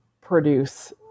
produce